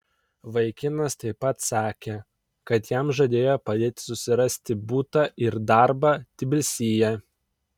vaikinas taip pat sakė kad jam žadėjo padėti susirasti butą ir darbą tbilisyje